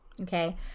okay